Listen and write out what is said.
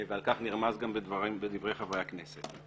ועל כך נרמז גם בדברי חברי הכנסת,